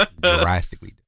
Drastically